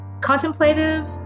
contemplative